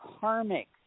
karmic